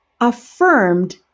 affirmed